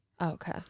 okay